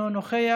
אינו נוכח,